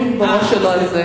נתקבלה.